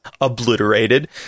Obliterated